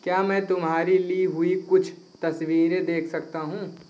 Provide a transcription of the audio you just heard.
क्या मैं तुम्हारी ली हुईं कुछ तस्वीरें देख सकता हूँ